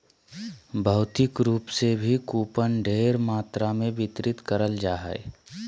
भौतिक रूप से भी कूपन ढेर मात्रा मे वितरित करल जा हय